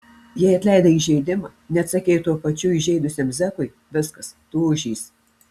jei atleidai įžeidimą neatsakei tuo pačiu įžeidusiam zekui viskas tu ožys